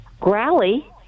growly